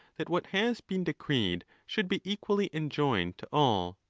that what has been decreed should be equally enjoined to all.